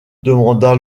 demanda